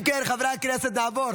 אם כן, חברי הכנסת, נעבור